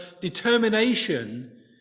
determination